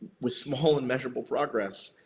with small and measurable progress,